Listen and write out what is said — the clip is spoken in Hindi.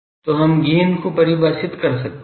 तो हम गैन को परिभाषित कर सकते हैं